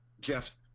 Jeff